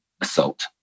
assault